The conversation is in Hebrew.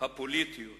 הפוליטיות